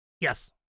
Yes